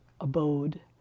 abode